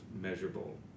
measurable